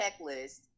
checklist